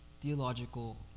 theological